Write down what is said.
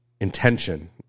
intention